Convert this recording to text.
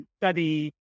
study